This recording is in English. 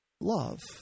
love